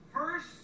First